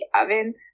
oven